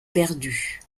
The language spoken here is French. perdue